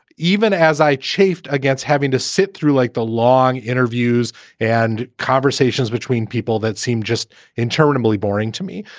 even as i chafed against having to sit through like the long interviews and conversations between people that seem just interminably boring to me.